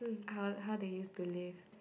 how how do you believe